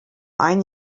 ein